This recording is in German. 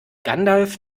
gandalf